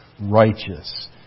righteous